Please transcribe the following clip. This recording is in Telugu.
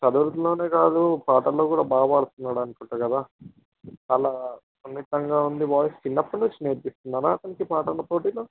చదువులలోనే కాదు పాటలు కూడా బాగా పాడుతున్నాడు అనుకుంటాను కదా అలా సున్నితంగా ఉంది వాయిస్ చిన్నప్పటినుండి నేర్పిస్తున్నారా అతనికి పాటలు పోటీలు